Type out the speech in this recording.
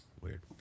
Weird